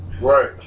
Right